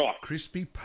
crispy